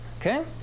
Okay